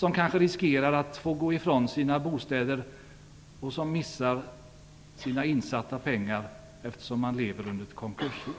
De kanske riskerar att få gå ifrån sina bostäder, och de förlorar sina insatta pengar eftersom de lever under konkurshot.